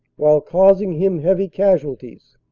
while causing him heavy casualties.